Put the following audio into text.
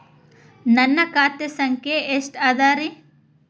ನನ್ನ ಖಾತೆ ಸಂಖ್ಯೆ ಎಷ್ಟ ಅದರಿ?